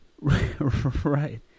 Right